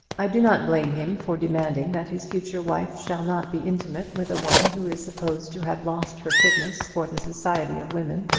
i do not blame him for demanding that his future wife shall not be intimate with a woman who is supposed to have lost her fitness for the society of women.